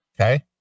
Okay